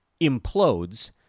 implodes